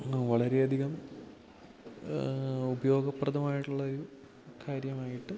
ഇന്ന് വളരെ അധികം ഉപയോഗപ്രദമായിട്ടുള്ള ഒരു കാര്യമായിട്ട്